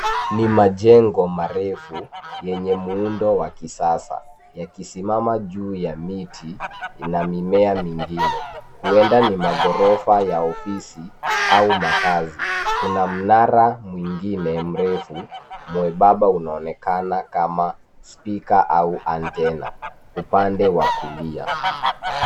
Ni majengo marefu yenye muundo wa kisasa yakisimama juu ya miti. Ina mimea mingine. Huenda ni maghorofa ya ofisi au makazi. Kuna mnara mwingine mrefu mwembamba unaonekana kama spika au antenna upande wa kulia.